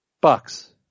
Bucks